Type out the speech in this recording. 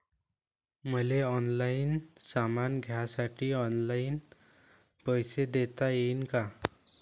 मले ऑनलाईन सामान घ्यासाठी ऑनलाईन पैसे देता येईन का?